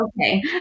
okay